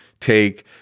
take